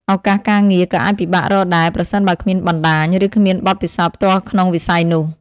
ឱកាសការងារក៏អាចពិបាករកដែរ ប្រសិនបើគ្មានបណ្តាញ ឬគ្មានបទពិសោធន៍ផ្ទាល់ក្នុងវិស័យនោះ។